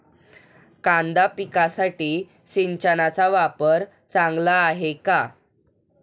कांदा पिकासाठी सिंचनाचा वापर चांगला आहे का?